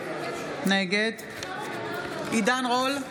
נגד עידן רול,